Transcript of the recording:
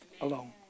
alone